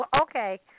Okay